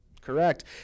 Correct